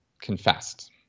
confessed